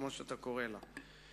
כמו שאתה קורא לה.